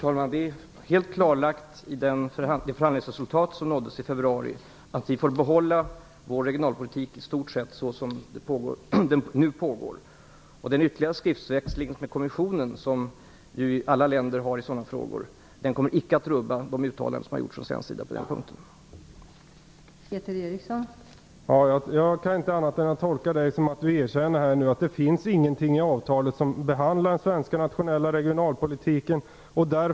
Fru talman! Enligt det förhandlingsresultat som nåddes i februari är det helt klart att vi får behålla vår regionalpolitik i stort sett som den är nu. Den ytterligare skriftväxling med kommissionen som alla länder har i sådana frågor kommer icke att rubba de uttalanden som har gjorts från svensk sida på denna punkt.